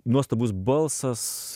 nuostabus balsas